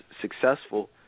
successful